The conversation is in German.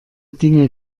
dinge